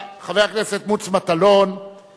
חבר הכנסת מוץ מטלון,